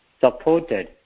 supported